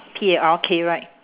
P A R K right